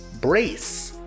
Brace